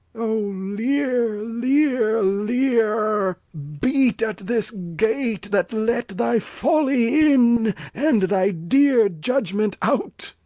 o lear, lear, lear! beat at this gate that let thy folly in and thy dear judgment out!